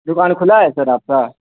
دکان کھلا ہے سر آپ کا